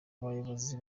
bayobozi